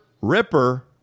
Ripper